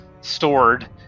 stored